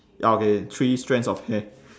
ya okay three strands of hair